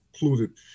included